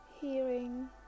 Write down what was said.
Hearing